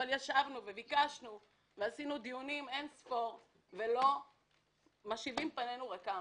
אבל ישבנו וביקשנו ועשינו דיונים אין-ספור ומשיבים פנינו ריקם.